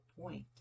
point